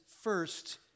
first